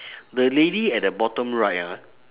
the lady at the bottom right ah